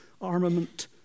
armament